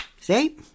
see